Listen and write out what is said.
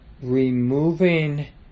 Removing